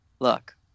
look